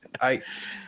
ice